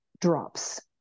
drops